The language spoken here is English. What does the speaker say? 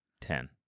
ten